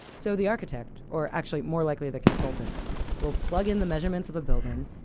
so the architect or actually more likely, the consultant will plug in the measurements of a building,